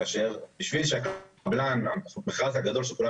כאשר בשביל שהקבלן של המכרז הגדול שכולם